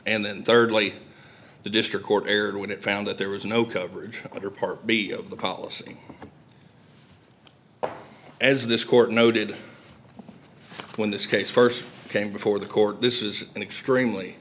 and then thirdly the district court erred when it found that there was no coverage under part b of the policy as this court noted when this case first came before the court this is an extremely